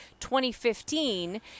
2015